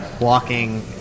walking